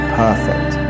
perfect